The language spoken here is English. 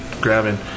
grabbing